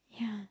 yeah